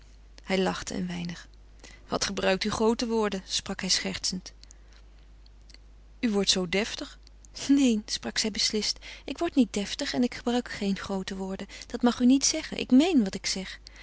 hij lachte een weinig wat gebruikt u groote woorden sprak hij schertsend u wordt deftig neen sprak zij beslist ik word niet deftig en ik gebruik geen groote woorden dat mag u niet zeggen ik meen wat ik zeg